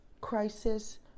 crisis